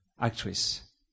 actress